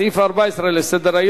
סעיף 14 בסדר-היום: